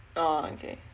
orh okay